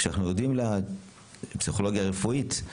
פסיכולוגיה רפואית,